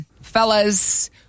fellas